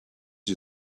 you